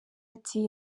ati